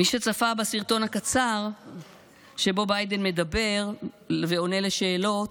מי שצפה בסרטון הקצר שבו ביידן מדבר ועונה על שאלות,